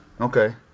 Okay